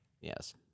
Yes